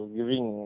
Giving